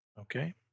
Okay